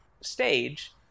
stage